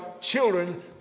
children